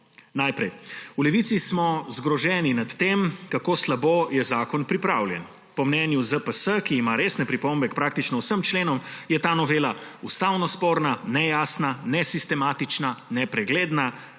Najprej, v Levici smo zgroženi nad tem, kako slabo je zakon pripravljen. Po mnenju ZPS, ki ima resne pripombe k praktično vsem členom, je ta novela ustavno sporna, nejasna, nesistematična, nepregledna,